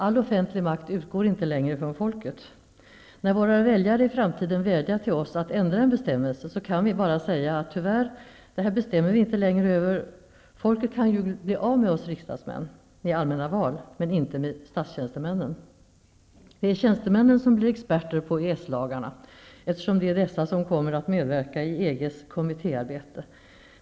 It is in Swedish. All offentlig makt utgår inte längre från folket. När våra väljare i framtiden vädjar till oss att ändra en bestämmelse kan vi bara säga: Tyvärr, detta bestämmer vi inte längre över. Folket kan bli av med riksdagsmän i allmänna val, men inte med statstjänstemän. Det är tjänstemännen som blir experter på EES-lagarna, eftersom det är dessa som kommer att medverka i EG:s kommittéarbete.